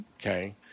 Okay